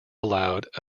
allowed